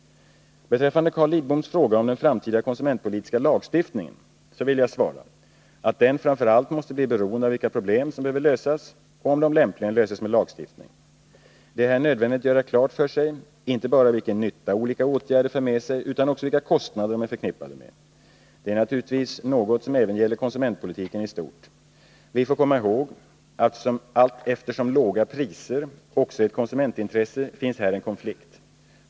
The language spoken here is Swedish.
Beträffande Carl Lidboms fråga om den framtida konsumentpolitiska lagstiftningen vill jag svara att den framför allt måste bli beroende av vilka problem som behöver lösas och om de lämpligen löses med lagstiftning. Det är här nödvändigt att göra klart för sig inte bara vilken nytta olika åtgärder för med sig utan också vilka kostnader de är förknippade med. Detta är naturligtvis något som även gäller konsumentpolitiken i stort. Vi får komma ihåg att eftersom låga priser också är ett konsumentintresse finns här en konflikt.